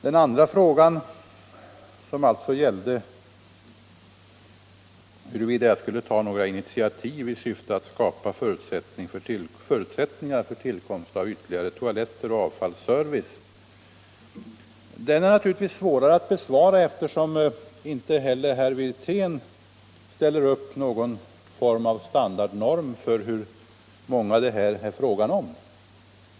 Den andra frågan, som gällde huruvida jag skulle ta några initiativ i syfte att skapa förutsättningar för tillkomst av ytterligare toaletter och avfallsservice, är naturligtvis svårare att besvara, eftersom inte heller herr Wirtén ställer upp någon standardnorm för hur många det är fråga om.